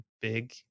big